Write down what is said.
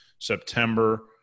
September